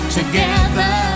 together